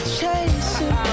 chasing